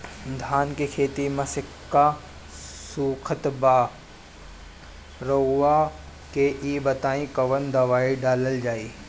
धान के खेती में सिक्का सुखत बा रउआ के ई बताईं कवन दवाइ डालल जाई?